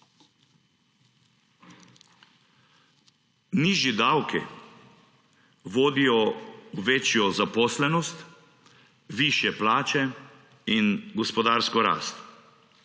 Nižji davki vodijo v večjo zaposlenost, višje plače in gospodarsko rast.